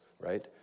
Right